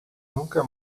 nunca